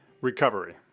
Recovery